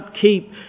keep